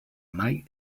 mai